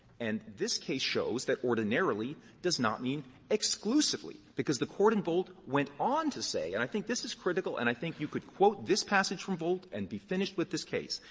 and this case shows that ordinarily does not mean exclusively. because the court in volt went on to say and i think this is critical, and i think you could quote this passage from volt and be finished with this case.